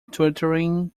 twittering